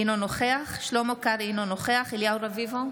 אינו נוכח שלמה קרעי, אינו נוכח אליהו רביבו,